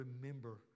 remember